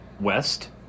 West